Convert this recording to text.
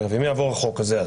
אם יעבור החוק הזה,